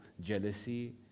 jealousy